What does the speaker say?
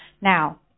Now